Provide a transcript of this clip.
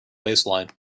waistline